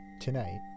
tonight